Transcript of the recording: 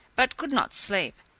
but could not sleep,